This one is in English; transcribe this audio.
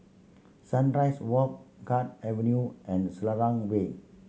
Sunrise Walk Guard Avenue and Selarang Way